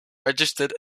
registered